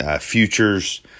futures